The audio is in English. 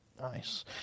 Nice